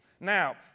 Now